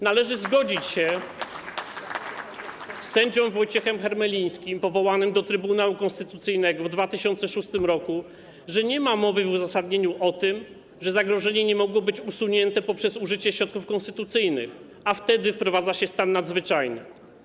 Należy zgodzić się z sędzią Wojciechem Hermelińskim powołanym do Trybunału Konstytucyjnego w 2006 r., że nie ma mowy w uzasadnieniu o tym, że zagrożenie nie mogło być usunięte poprzez użycie środków konstytucyjnych, a wtedy wprowadza się stan nadzwyczajny.